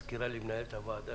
הזכירה לי מנהלת הוועדה,